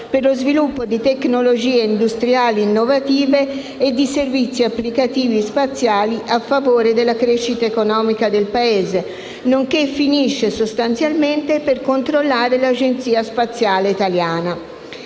per lo sviluppo di tecnologie industriali innovative e di servizi applicativi spaziali a favore della crescita economica del Paese; nonché finisce, sostanzialmente, per controllare l'Agenzia spaziale italiana,